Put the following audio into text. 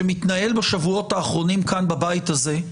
שמתנהל בשבועות האחרונים כאן בבית הזה,